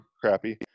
crappy